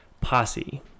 posse